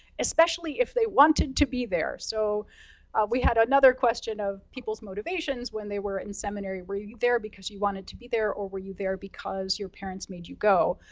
especially, if they wanted to be there. so we had another question of people's motivations when they were in seminary. were you there because you wanted to be there? or, were you there because your parents made you go?